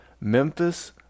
Memphis